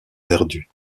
perdu